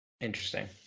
Interesting